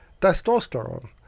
testosterone